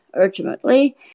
Ultimately